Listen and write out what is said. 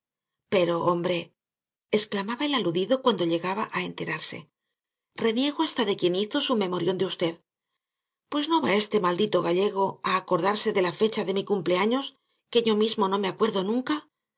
pero hombre exclamaba el aludido cuando llegaba á enterarse reniego hasta de quien hizo su memorión de v pues no va este maldito gallego á acordarse de la fecha de mi cumpleaños que yo mismo no me acuerdo nunca